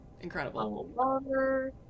Incredible